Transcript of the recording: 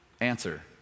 Answer